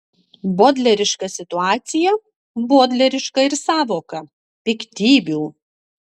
bodleriška situacija bodleriška ir sąvoka piktybių